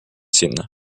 sinna